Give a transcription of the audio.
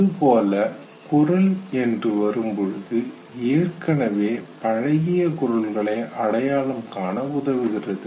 அதுபோல குரல் என்று வரும்பொழுது ஏற்கனவே பழகிய குரல்களை அடையாளம் காண உதவுகிறகிறது